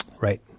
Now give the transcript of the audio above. right